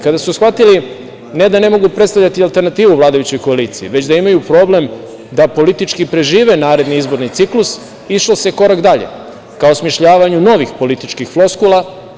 Kada su shvatili ne da ne mogu predstavljati alternativu vladajućoj koaliciji već da imaju problem da politički prežive naredni izborni ciklus, išlo se korak dalje ka osmišljavanju novih političkih floskula.